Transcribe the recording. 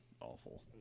awful